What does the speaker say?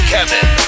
Kevin